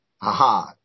Aha